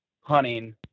hunting